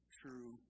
true